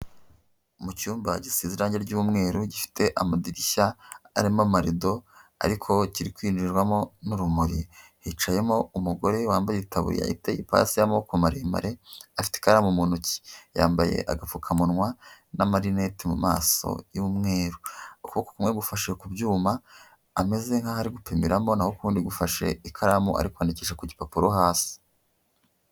Mu cyumba gisize irangi ry'umweru, gifite amadirishya arimo amarido ariko kiri kwinjirwamo n'urumuri; hicayemo umugore wambaye itaburiya iteye ipasi y'amaboko maremare, afite ikaramu mu ntoki, yambaye agapfukamunwa n'amarineti mu maso y'umweru, ukuboko kumwe gufashe ku byuma ameze nk'aho ari gupimiramo naho ukundi gufashe ikaramu ari kwandikisha ku gipapuro hasi.